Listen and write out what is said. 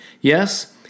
Yes